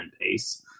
pace